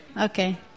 Okay